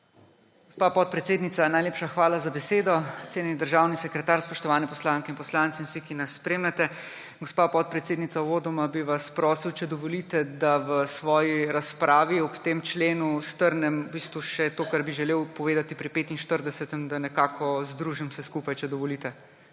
Gospa podpredsednica, najlepša hvala za besedo. Cenjeni državni sekretar, spoštovane poslanke in poslanci in vsi, ki nas spremljate! Gospa podpredsednica, uvodoma bi vas prosil, če dovolite, da v svoji razpravi ob tem členu strnem še to, kar bi želel povedati pri 45., da nekako združim vse skupaj. Če dovolite.